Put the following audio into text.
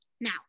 Now